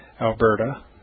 Alberta